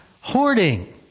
hoarding